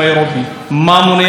התקן נמצא פה.